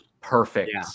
perfect